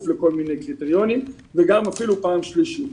לכל מיני קריטריונים ואפילו גם פעם שלישית.